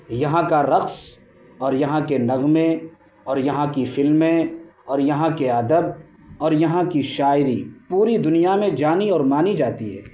یہاں کا رقص اور یہاں کے نغمے اور یہاں کی فلمیں اور یہاں کے ادب اور یہاں کی شاعری پوری دنیا میں جانی اور مانی جاتی ہے